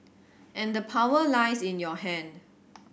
and the power lies in your hand